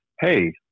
hey